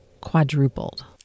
quadrupled